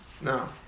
No